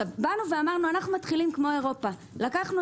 אמרנו שאנו מתחילים כמו אירופה: לקחנו